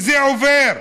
וזה עובר.